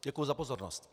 Děkuji za pozornost.